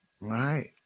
Right